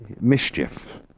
mischief